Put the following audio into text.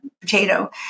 potato